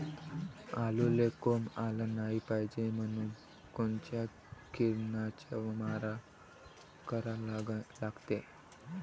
आलूले कोंब आलं नाई पायजे म्हनून कोनच्या किरनाचा मारा करा लागते?